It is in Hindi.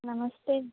नमस्ते